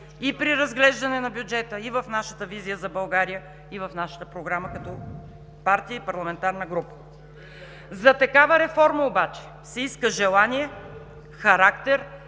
и при разглеждане на бюджета, и в нашата „Визия за България“, и в нашата програма като партия и парламентарна група. За такава реформа обаче се иска желание, характер